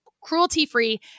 cruelty-free